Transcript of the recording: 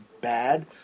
bad